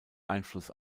einfluss